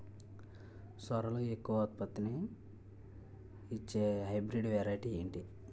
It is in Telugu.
సోరలో ఎక్కువ ఉత్పత్తిని ఇచే హైబ్రిడ్ వెరైటీ ఏంటి?